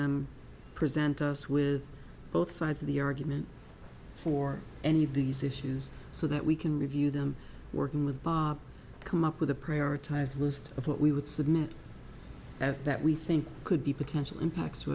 them present us with both sides of the argument for any of these issues so that we can review them working with come up with a prioritized list of what we would submit that that we think could be potential impacts to